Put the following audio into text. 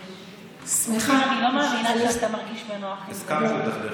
אני לא מאמינה שאתה מרגיש בנוח עם זה.